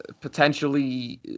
potentially